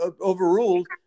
overruled